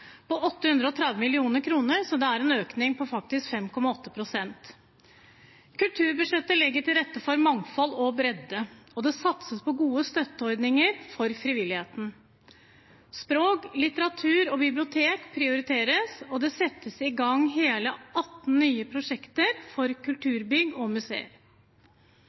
på 830 mill. kr – det er en økning på 5,8 pst. Kulturbudsjettet legger til rette for mangfold og bredde, og det satses på gode støtteordninger for frivilligheten. Språk, litteratur og bibliotek prioriteres, og det settes i gang hele 18 nye prosjekter for kulturbygg og